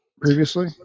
previously